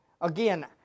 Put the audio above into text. again